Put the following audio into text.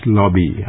lobby